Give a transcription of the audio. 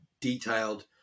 detailed